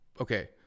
okay